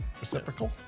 Reciprocal